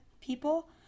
people